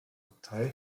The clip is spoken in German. abtei